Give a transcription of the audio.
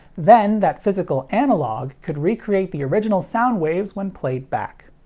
then, that physical analog could recreate the original sound waves when played back.